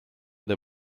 der